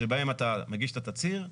שבהם אתה מגיש את התצהיר,